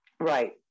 Right